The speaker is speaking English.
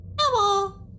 Hello